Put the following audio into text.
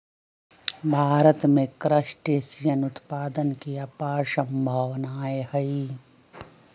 भारत में क्रस्टेशियन उत्पादन के अपार सम्भावनाएँ हई